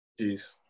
Jeez